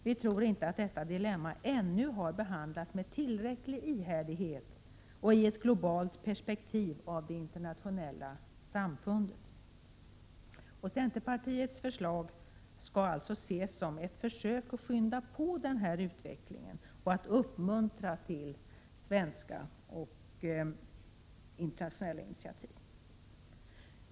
Vi tror inte att detta dilemma ännu har behandlats med tillräcklig ihärdighet och i ett globalt perspektiv av det internationella samfundet.” Centerpartiets förslag skall alltså ses som ett försök att skynda på denna utveckling och att uppmuntra till svenska och internationella initiativ.